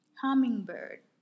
Hummingbird